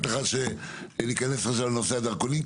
ניכנס עכשיו לנושא הדרכונים,